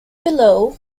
below